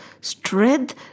strength